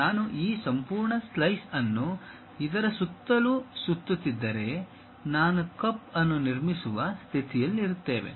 ನಾನು ಈ ಸಂಪೂರ್ಣ ಸ್ಪ್ಲೈನ್ ಅನ್ನು ಇದರ ಸುತ್ತಲೂ ಸುತ್ತುತ್ತಿದ್ದರೆ ನಾನು ಕಪ್ ಅನ್ನು ನಿರ್ಮಿಸುವ ಸ್ಥಿತಿಯಲ್ಲಿರುತ್ತೇವೆ